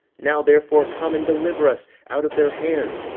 now therefore come, and deliver us out of their hands,